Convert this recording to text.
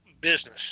business